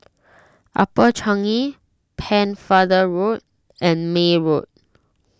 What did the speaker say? Upper Changi Pennefather Road and May Road